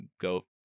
go